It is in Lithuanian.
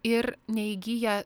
ir neįgyja